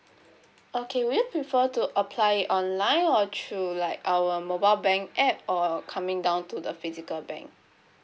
okay would you prefer to apply online or through like our mobile bank app or coming down to the physical bank